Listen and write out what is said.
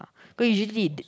cause usually the